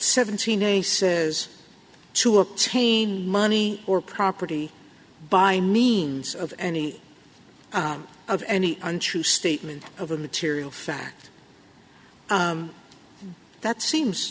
seventeen a says to a chain money or property by means of any of any untrue statement of a material fact that seems